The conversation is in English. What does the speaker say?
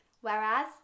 whereas